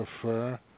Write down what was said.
prefer